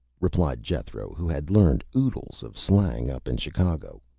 replied jethro, who had learned oodles of slang up in chicago,